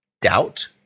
doubt